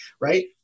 Right